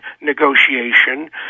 negotiation